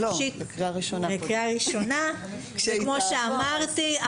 וכמו שאמרתי,